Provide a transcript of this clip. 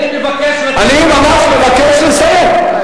אני ממש מבקש לסיים.